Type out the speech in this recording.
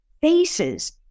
faces